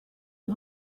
you